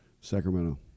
Sacramento